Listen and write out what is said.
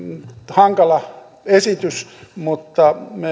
hankala esitys mutta